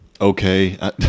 Okay